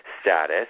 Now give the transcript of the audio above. status